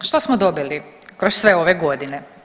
Što smo dobili kroz sve ove godine?